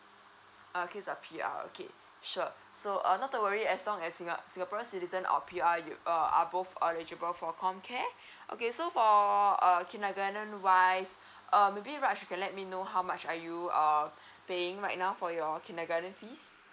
uh kids are P_R okay sure so err not to worry as long as you're singapore citizen or P_R you err are both eligible for com care okay so for err kindergarten wise err maybe raj you can let me know how much are you err paying right now for your kindergarten fees